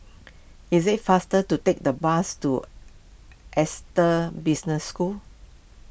is it faster to take the bus to Business School